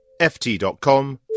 ft.com